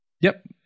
Yep